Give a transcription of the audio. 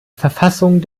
verfassung